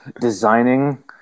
designing